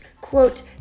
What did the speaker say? quote